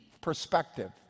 perspective